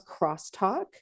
crosstalk